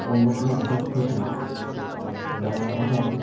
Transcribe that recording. অন্য কোনো ভাষার থেকে বাংলা ভাষায়